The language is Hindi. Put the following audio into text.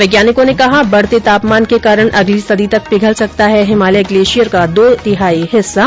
वैज्ञानिकों ने कहा बढ़ते तापमान के कारण अगली सदी तक पिघल सकता है हिमालय ग्लेशियर का दो तिहाई हिस्सा